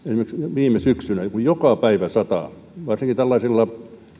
viime syksynä kun joka päivä satoi varsinkin meillä päin tällaisilla